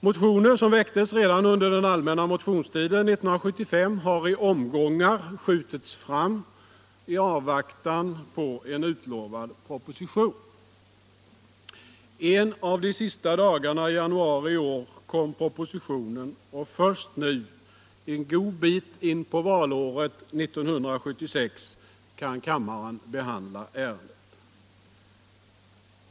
Motioner som väcktes redan under den allmänna motionstiden 1975 har i omgångar skjutits fram i avvaktan på en utlovad proposition. En av de sista dagarna i januari i år kom propositionen och först nu, en god bit in på valåret 1976, kan kammaren behandla ärendet.